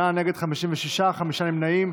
בעד, 48, נגד, 56, חמישה נמנעים.